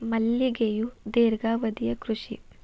ಮಲ್ಲಿಗೆಯು ದೇರ್ಘಾವಧಿಯ ಕೃಷಿ